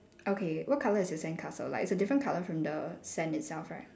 okay what colour is your sandcastle like it's different colour from the sand itself right